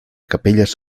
capelles